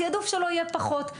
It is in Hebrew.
התעדוף שלו יהיה פחות.